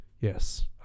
yes